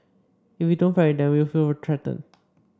if we don't ferry them we feel threatened